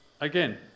again